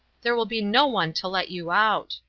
there will be no one to let you out.